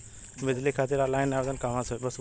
बिजली खातिर ऑनलाइन आवेदन कहवा से होयी?